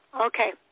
Okay